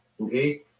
okay